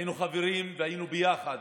היינו חברים והיינו יחד